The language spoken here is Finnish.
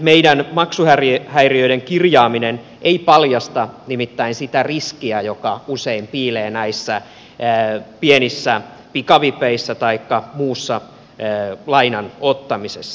meidän nykyinen maksuhäiriöiden kirjaaminen ei paljasta nimittäin sitä riskiä joka usein piilee näissä pienissä pikavipeissä taikka muussa lainan ottamisessa